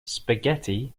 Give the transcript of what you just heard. spaghetti